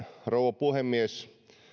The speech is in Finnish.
rouva puhemies